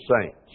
saints